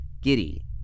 giddy